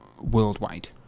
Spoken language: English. worldwide